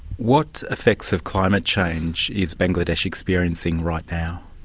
what effects of climate change is bangladesh experiencing right now?